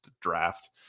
draft